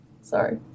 Sorry